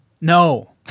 No